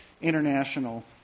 international